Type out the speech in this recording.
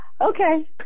Okay